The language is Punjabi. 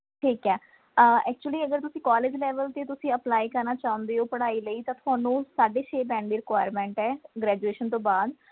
ਠੀਕ ਹੈ ਐਕਚੂਅਲੀ ਅਗਰ ਤੁਸੀਂ ਕਾਲਜ ਲੈਵਲ 'ਤੇ ਤੁਸੀਂ ਐਪਲਾਈ ਕਰਨਾ ਚਾਹੁੰਦੇ ਹੋ ਪੜ੍ਹਾਈ ਲਈ ਤਾਂ ਤੁਹਾਨੂੰ ਸਾਢੇ ਛੇ ਬੈਂਡ ਦੀ ਰਿਕੁਆਇਰਮੈਂਟ ਹੈ ਗ੍ਰੈਜੂਏਸ਼ਨ ਤੋਂ ਬਾਅਦ